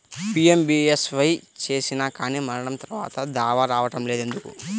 PMBSY చేసినా కానీ మరణం తర్వాత దావా రావటం లేదు ఎందుకు?